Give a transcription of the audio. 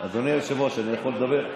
אדוני היושב-ראש, אני יכול לדבר?